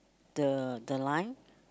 the the line